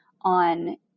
on